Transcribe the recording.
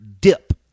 dip